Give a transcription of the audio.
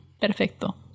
Perfecto